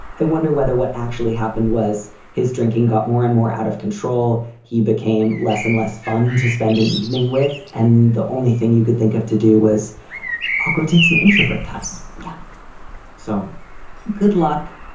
i wonder whether what actually happened was his drinking got more and more out of control. he became less and less fun to spend an evening with. and the only thing you could think of to do was ah go take some introvert time. yeah so good luck.